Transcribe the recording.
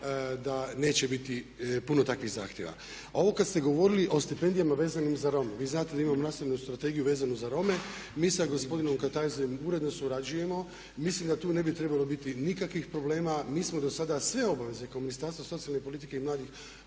da neće biti puno takvih zahtjeva. A ovo kada ste govorili o stipendijama vezanim za Rome, vi znate da imamo Nacionalnu strategiju za Rome. Mi sa gospodinom Kajtazijem uredno surađujemo i mislim da tu ne bi trebalo biti nikakvih problema. Mi smo do sada sve obaveze kao Ministarstvo socijalne politike i mladih